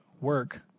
work